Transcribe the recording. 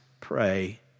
pray